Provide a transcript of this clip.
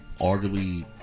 arguably